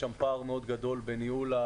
יש שם פער מאוד גדול בניהול.